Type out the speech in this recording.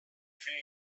film